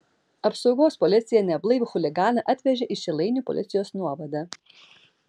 apsaugos policija neblaivų chuliganą atvežė į šilainių policijos nuovadą